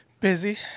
Busy